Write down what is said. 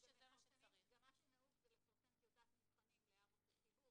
גם מה שנהוג זה לפרסם טיוטת מבחנים להערות הציבור